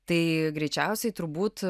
tai greičiausiai turbūt